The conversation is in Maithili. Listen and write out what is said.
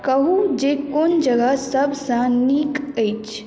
कहू जे कोन जगह सभसँ नीक अछि